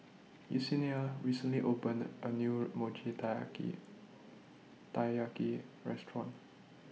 Yesenia recently opened A New Mochi Taiyaki Taiyaki Restaurant